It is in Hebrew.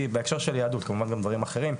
היהודי, בהקשר של יהדות, כמובן גם דברים אחרים,